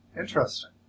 Interesting